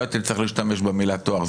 לא הייתם צריכים להשתמש במילה טוהר,